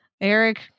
Eric